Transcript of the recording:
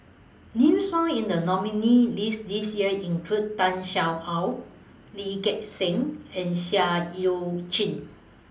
Names found in The nominees' list This Year include Tan Sin Aun Lee Gek Seng and Seah EU Chin